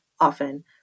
often